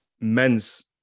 men's